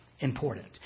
Important